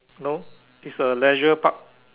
no it's a Leisure Park